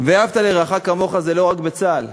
"ואהבת לרעך כמוך" זה לא רק בצה"ל.